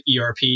ERP